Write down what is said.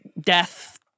Death